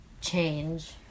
change